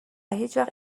هیچوقت